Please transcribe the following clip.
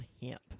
hemp